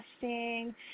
testing